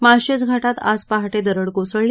माळशेज घाटात आज पहाटे दरड कोसळली